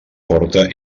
porta